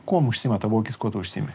kuom užsiima tavo ūkis kuo tu užsiimi